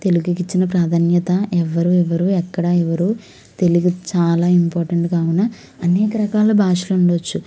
తెలుగుకి ఇచ్చిన ప్రాధాన్యత ఎవ్వరు ఇవ్వరు ఎక్కడ ఇవ్వరు తెలుగు చాలా ఇంపార్టెంట్ కావున అనేక రకాల భాషలు ఉండవచ్చు